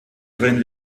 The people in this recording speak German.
drehen